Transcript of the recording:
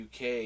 UK